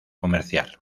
comercial